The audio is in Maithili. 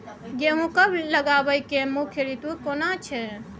गेहूं कब लगाबै के मुख्य रीतु केना छै?